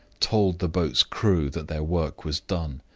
told the boat's crew that their work was done.